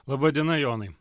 laba diena jonai